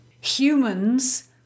Humans